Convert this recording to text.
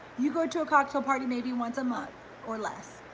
you go to a cocktail party, maybe once a month or less,